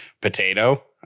Potato